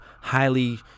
highly